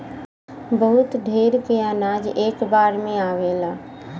बहुत ढेर क अनाज एक बार में आवेला